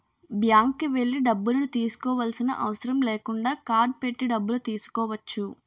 బ్యాంక్కి వెళ్లి డబ్బులను తీసుకోవాల్సిన అవసరం లేకుండా కార్డ్ పెట్టి డబ్బులు తీసుకోవచ్చు